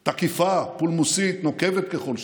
תקיפה, פולמוסית, נוקבת ככל שתהיה.